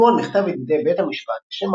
שחתמו על מכתב ידידי בית המשפט לשם